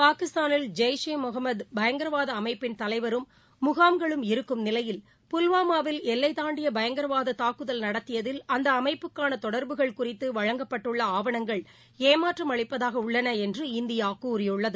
பாகிஸ்தானில் ஜெய்ஷ் இ முகமதுபயங்கரவாதஅமைப்பின் தலைவரும் முகாம்களும் இருக்கும் நிலையில் புல்வாமாவில் எல்லைத் தாண்டிபபயங்கரவாததாக்குதல் நடத்தியதில் அந்தஅமைப்புக்கானதொடர்புகள் குறித்துவழங்கப்பட்டுள்ள ஆவணங்கள் ஏமாற்றம் அளிப்பதாகஉள்ளனஎன்று இந்தியாகூறியுள்ளது